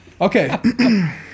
Okay